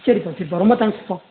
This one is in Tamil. சரிப்பா சரிப்பா ரொம்ப தேங்க்ஸ்ப்பா